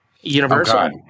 Universal